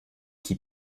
qui